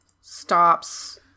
stops